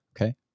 Okay